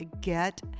get